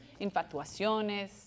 infatuaciones